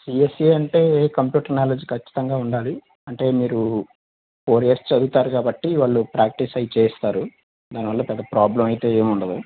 CSE అంటే computer knowledge కచ్చితంగా ఉండాలి అంటే మీరు ఫోర్ ఇయర్స్ చదువుతారు కాబట్టి వాళ్లు ప్రాక్టీస్ అయ్యి చేయిస్తారు దానివల్ల పెద్ద ప్రాబ్లం అయితే ఏముండదు